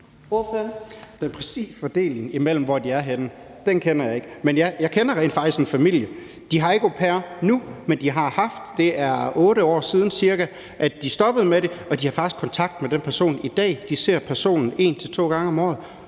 Den præcise fordeling, altså hvor de er henne, kender jeg ikke. Men ja, jeg kender rent faktisk en familie, som ikke har au pair nu, men som har haft det. Det er ca. 8 år siden, de stoppede med det, og de har faktisk kontakt med den person i dag. De ser personen en til to gange om året.